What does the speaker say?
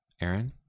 Aaron